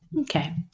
Okay